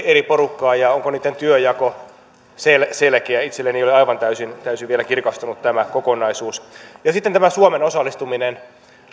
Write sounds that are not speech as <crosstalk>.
<unintelligible> eri porukkaa ja sitä onko niitten työnjako selkeä itselleni ei ole aivan täysin täysin vielä kirkastunut tämä kokonaisuus sitten tämä suomen osallistuminen